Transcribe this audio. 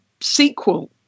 sequel